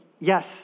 Yes